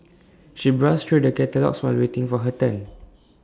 she browsed through the catalogues while waiting for her turn